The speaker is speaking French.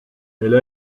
elle